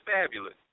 fabulous